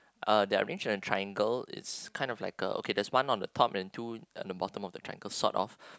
uh there are arranged in a triangle it's kind of like a okay there's one at the top and two at the bottom of the triangle sort of